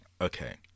Okay